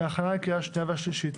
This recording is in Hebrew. בהכנה לקריאה השנייה והשלישית.